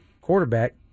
quarterback